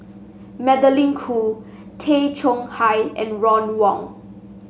Magdalene Khoo Tay Chong Hai and Ron Wong